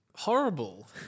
Horrible